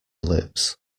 lips